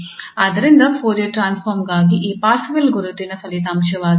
ಆದ್ದರಿಂದ Fourier transform ಗಾಗಿ ಈ ಪಾರ್ಸೆವಲ್ ಗುರುತಿನ Parseval's identity ಫಲಿತಾಂಶವಾಗಿದೆ